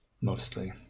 mostly